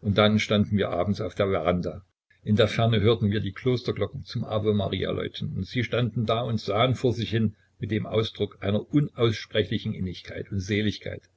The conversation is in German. und dann standen wir abends auf der veranda in der ferne hörten wir die klosterglocken zum ave maria läuten und sie standen da und sahen vor sich hin mit dem ausdruck einer unaussprechlichen innigkeit und seligkeit